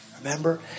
remember